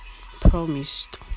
promised